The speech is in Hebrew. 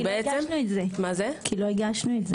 כי לא הגשנו את זה.